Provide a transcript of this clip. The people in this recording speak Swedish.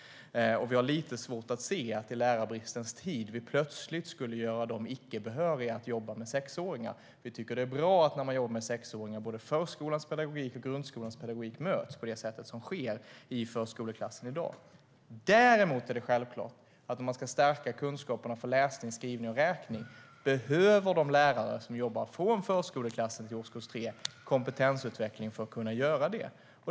Vi har lite svårt att se att vi i lärarbristens tid plötsligt skulle göra dem icke behöriga att jobba med sexåringar. Vi tycker att det är bra när man jobbar med sexåringar att förskolans och grundskolans pedagogik möts på det sätt som sker i förskoleklassen i dag. Däremot är det självklart att om man ska stärka kunskaperna för läsning, skrivning och räkning behöver de lärare som jobbar från förskoleklassen till årskurs 3 kompetensutveckling för att kunna göra det.